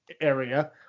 area